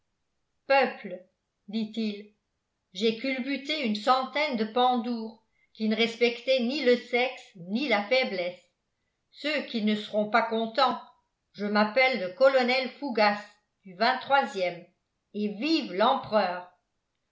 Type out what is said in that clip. peuple dit-il j'ai culbuté une centaine de pandours qui ne respectaient ni le sexe ni la faiblesse ceux qui ne seront pas contents je m'appelle le colonel fougas du ème et vive l'empereur